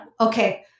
Okay